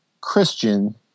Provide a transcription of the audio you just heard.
Christian